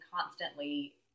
constantly